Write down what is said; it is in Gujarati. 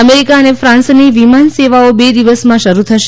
અમેરિકા અને ફાન્સની વિમાન સેવાઓ બે દિવસમાં શરૂ થશે